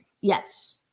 Yes